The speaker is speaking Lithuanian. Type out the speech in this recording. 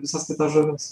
visas kitas žuvis